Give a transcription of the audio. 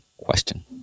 Question